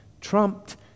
trumped